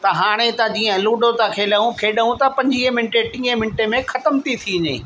त हाणे त जीअं लूड्डो था खेलूं खेॾूं त पंजवीह मिंटे टीहें मिंटे में ख़तमु थी थी वञे